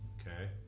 Okay